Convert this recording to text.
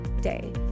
day